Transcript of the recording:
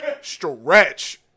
Stretch